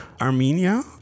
Armenia